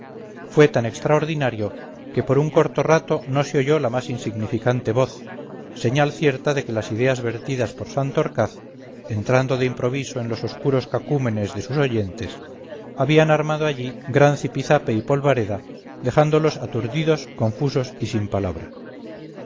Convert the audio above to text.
fue tan extraordinario que por un corto rato no se oyó la más insignificante voz señal cierta de que las ideas vertidas por santorcaz entrando de improviso en los oscuros cacúmenes de sus oyentes habían armado allí gran zipizape y polvareda dejándolos aturdidos confusos y sin palabra